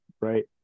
right